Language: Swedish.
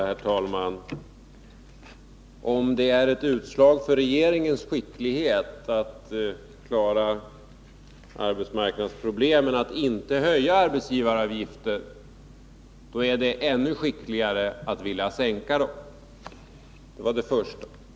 Herr talman! Jag vill bara helt kort säga, att om detta att inte höja arbetsgivaravgifterna är ett utslag av regeringens skicklighet att klara arbetsmarknadsproblemen , är det ännu skickligare att sänka dem. Det var det första.